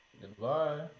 Goodbye